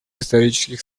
исторических